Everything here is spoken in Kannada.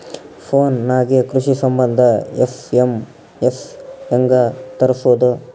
ಫೊನ್ ನಾಗೆ ಕೃಷಿ ಸಂಬಂಧ ಎಸ್.ಎಮ್.ಎಸ್ ಹೆಂಗ ತರಸೊದ?